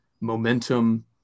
momentum